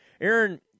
Aaron